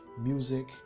music